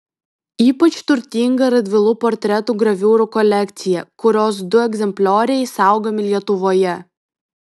ypač turtinga radvilų portretų graviūrų kolekcija kurios du egzemplioriai saugomi lietuvoje